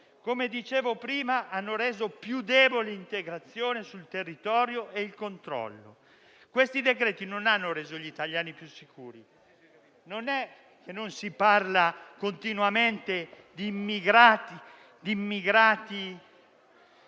come dicevo prima, hanno reso più debole l'integrazione sul territorio e il controllo. Questi decreti non hanno reso gli italiani più sicuri. Non è che, se non si parla continuamente di immigrati